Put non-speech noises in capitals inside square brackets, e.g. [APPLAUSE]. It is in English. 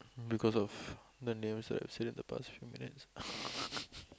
because of the what I've said in the past few minutes [LAUGHS]